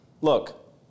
look